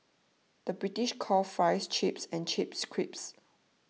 the British calls Fries Chips and Chips Crisps